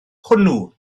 hwnnw